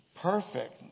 perfect